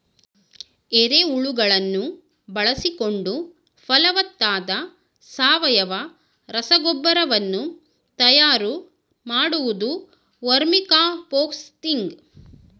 ಎರೆಹುಳುಗಳನ್ನು ಬಳಸಿಕೊಂಡು ಫಲವತ್ತಾದ ಸಾವಯವ ರಸಗೊಬ್ಬರ ವನ್ನು ತಯಾರು ಮಾಡುವುದು ವರ್ಮಿಕಾಂಪೋಸ್ತಿಂಗ್